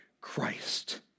Christ